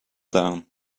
down